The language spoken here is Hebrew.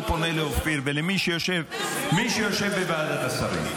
אני פונה לאופיר ולמי שיושב בוועדת השרים.